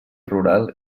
rural